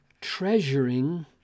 treasuring